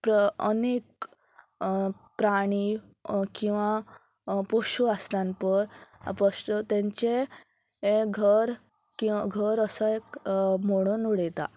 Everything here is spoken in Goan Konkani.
प्र अनेक प्राणी किंवां पशू आसतान पय पशू तेंचें हें घर किंवां घर असा एक मोडून उडयता